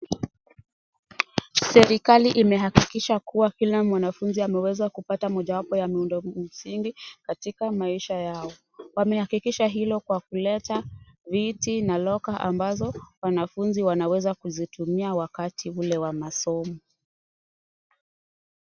Serikali imehakikisha kuwa kila mwanafunzi ameweza kupata mojawapo ya miundo msingi katika maisha yao. Wamehakikisha hilo kwa kuleta viti na loka ambazo wanafunzi wanaweza kuzitumia wakati ule wa masomo.